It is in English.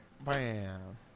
Bam